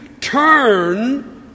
turn